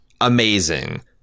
Amazing